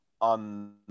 on